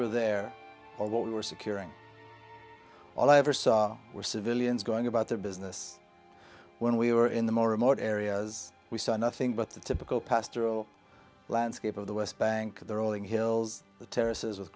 were there or what we were securing all i ever saw were civilians going about their business when we were in the more remote areas we saw nothing but the typical pastoral landscape of the west bank the rolling hills t